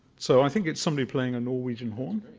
so i think it's somebody playing a norwegian horn.